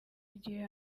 igihe